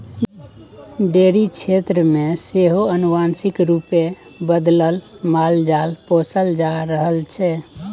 dairy क्षेत्र मे सेहो आनुवांशिक रूपे बदलल मालजाल पोसल जा रहल छै